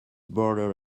border